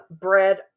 bread